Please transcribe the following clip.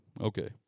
Okay